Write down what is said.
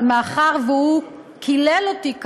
אבל מאחר שהוא קילל אותי כאן,